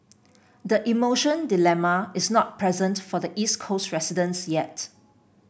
the emotion dilemma is not present for the East Coast residents yet